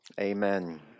Amen